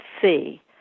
see